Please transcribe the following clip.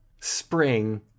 Spring